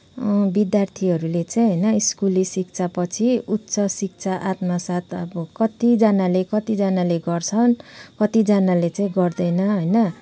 विद्यार्थीहरूले चाहिँ होइन स्कुली शिक्षापछि उच्च शिक्षा आत्मसात् अब कतिजनाले कतिजनाले गर्छन् कतिजनाले चाहिँ गर्दैन होइन